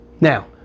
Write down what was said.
Now